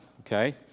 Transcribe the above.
okay